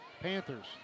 Panthers